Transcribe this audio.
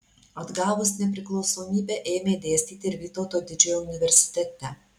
atgavus nepriklausomybę ėmė dėstyti ir vytauto didžiojo universitete